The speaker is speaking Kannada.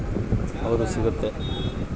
ಫೈನಾನ್ಸ್ ಇಂದ ಜನಕ್ಕಾ ಕೆಲ್ಸ ಕೂಡ ಸಿಗುತ್ತೆ